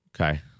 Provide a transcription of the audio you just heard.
Okay